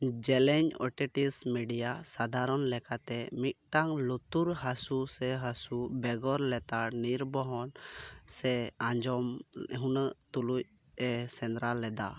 ᱧᱮᱞᱮᱧ otitis media ᱥᱟᱫᱷᱟᱨᱚᱱ ᱞᱮᱠᱟᱛᱮ ᱢᱤᱫᱴᱟᱝ ᱞᱩᱛᱩᱨ ᱦᱟᱥᱳ ᱥᱮ ᱦᱟᱥᱳ ᱵᱮᱜᱚᱨ ᱞᱮᱛᱟᱲ ᱱᱤᱨᱵᱚᱦᱚᱱ ᱥᱮ ᱟᱸᱡᱚᱢ ᱦᱟᱹᱱ ᱛᱩᱞᱩᱡ ᱮ ᱥᱮᱸᱫᱽᱨᱟ ᱞᱮᱫᱟ